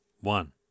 one